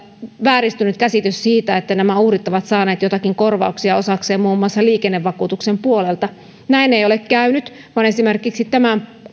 vääristynyt käsitys siitä että nämä uhrit ovat saaneet joitakin korvauksia osakseen muun muassa liikennevakuutuksen puolelta näin ei ole käynyt vaan esimerkiksi tämän